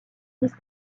disent